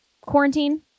quarantine